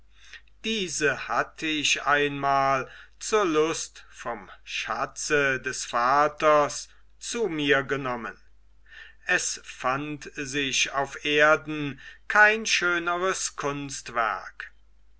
diese hatt ich einmal zur lust vom schatze des vaters zu mir genommen es fand sich auf erden kein schöneres kunstwerk